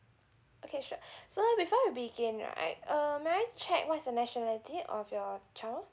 okay sure so before I begin right err may I check what's the nationality of your child